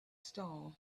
star